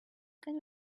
can